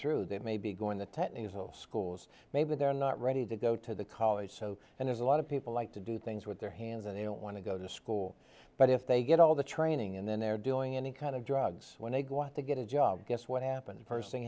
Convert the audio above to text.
through they may be going to technical schools maybe they're not ready to go to the college so and as a lot of people like to do things with their hands and they don't want to go to school but if they get all the training and then they're doing any kind of drugs when they go out to get a job guess what happened the person